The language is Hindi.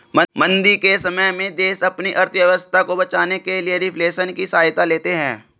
मंदी के समय में देश अपनी अर्थव्यवस्था को बचाने के लिए रिफ्लेशन की सहायता लेते हैं